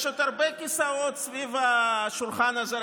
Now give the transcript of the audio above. יש עוד הרבה כיסאות סביב השולחן הזה.